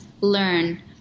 learn